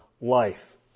life